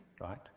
right